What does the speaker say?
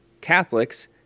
Catholics